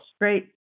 Great